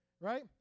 right